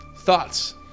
Thoughts